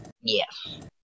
Yes